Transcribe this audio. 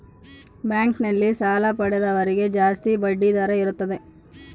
bank ನಲ್ಲಿ ಸಾಲ ಪಡೆದವರಿಗೆ ಜಾಸ್ತಿ ಬಡ್ಡಿ ದರ ಇರುತ್ತದೆ